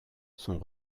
sont